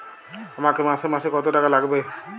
আমাকে মাসে মাসে কত টাকা লাগবে?